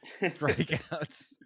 strikeouts